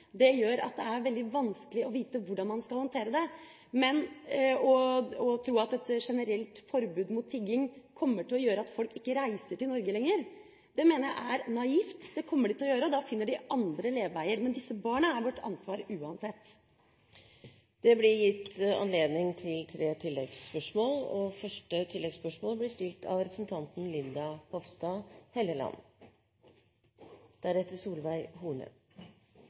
gjør at det er veldig vanskelig å vite hvordan man skal håndtere det. Men å tro at et generelt forbud mot tigging kommer til å gjøre at folk ikke reiser til Norge lenger, mener jeg er naivt. Det kommer de til å gjøre, og da finner de andre leveveier. Men disse barna er vårt ansvar uansett. Det blir gitt anledning til tre oppfølgingsspørsmål – først Linda C. Hofstad Helleland. Det er jo et økende problem at barn av